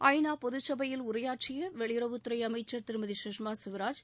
ஐ நா பொதுசபையில் உரையாற்றிய வெளியுறவுத்துறை அமைச்சர் திருமதி சுஷ்மா ஸ்வராஜ்